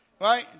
right